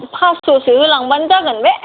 फास्स'सो होलांबानो जागोन बे